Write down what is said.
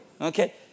Okay